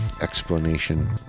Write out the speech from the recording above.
explanation